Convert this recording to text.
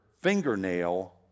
fingernail